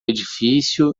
edifício